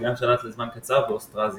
וגם שלט לזמן קצר באוסטרזיה.